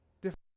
different